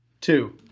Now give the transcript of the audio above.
Two